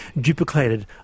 duplicated